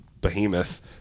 behemoth